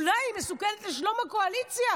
אולי היא מסוכנת לשלום הקואליציה.